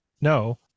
no